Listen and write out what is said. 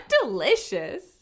delicious